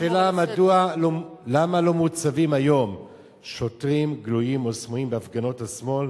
השאלה היא למה לא מוצבים היום שוטרים גלויים או סמויים בהפגנות השמאל